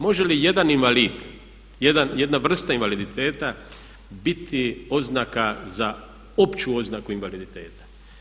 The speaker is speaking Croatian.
Može li jedan invalid, jedna vrsta invaliditeta biti oznaka za opću oznaku invaliditeta?